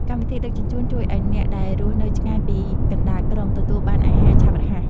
កម្មវិធីដឹកជញ្ជូន ជួយឱ្យអ្នកដែលរស់នៅឆ្ងាយពីកណ្ដាលក្រុង ទទួលបានអាហារឆាប់រហ័ស។